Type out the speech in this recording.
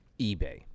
eBay